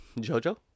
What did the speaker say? Jojo